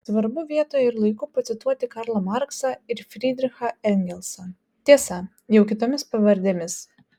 svarbu vietoje ir laiku pacituoti karlą marksą ir frydrichą engelsą tiesa jau kitomis pavardėmis